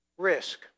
Risk